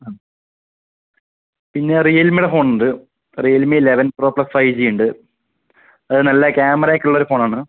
ആ പിന്നെ റിയൽ മീടെ ഫോണുണ്ട് Realme eleven pro plus five G ഉണ്ട് അതായത് നല്ല ക്യാമറയൊക്കെയുള്ള ഒരു ഫോണാണ്